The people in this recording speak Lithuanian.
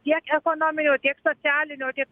tiek ekonominio tiek socialinio tiek